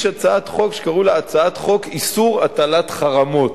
הצעת חוק שקראו לה "הצעת חוק איסור הטלת חרמות".